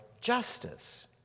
justice